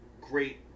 great